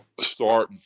start